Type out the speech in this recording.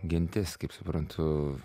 genties kaip suprantu